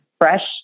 fresh